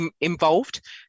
involved